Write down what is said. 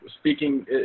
speaking